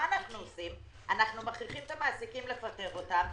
אנחנו מכריחים את המעסיקים לפטר אותם,